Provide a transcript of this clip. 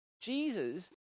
Jesus